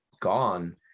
gone